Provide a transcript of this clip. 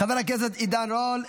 חבר הכנסת עידן רול,